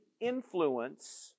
influence